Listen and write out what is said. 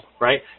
right